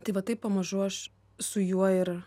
tai va taip pamažu aš su juo ir